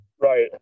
right